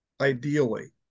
ideally